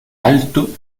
alto